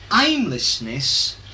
Aimlessness